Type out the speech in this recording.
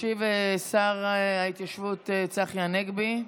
ישיב שר ההתיישבות צחי הנגבי.